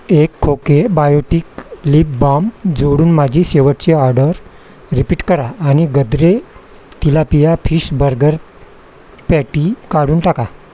एक खोके Biotique lip balm जोडून माझी शेवटची ऑडर रिपीट करा आणि Gadre tilapia fish burger patty काढून टाका